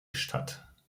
statt